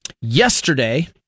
yesterday